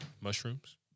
Mushrooms